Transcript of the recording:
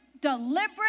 deliberate